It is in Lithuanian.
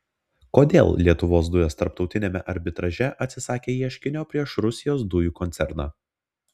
kodėl lietuvos dujos tarptautiniame arbitraže atsisakė ieškinio prieš rusijos dujų koncerną